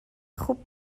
خوب